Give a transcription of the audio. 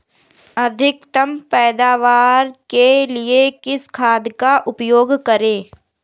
अधिकतम पैदावार के लिए किस खाद का उपयोग करें?